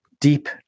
deep